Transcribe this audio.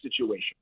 situation